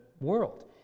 world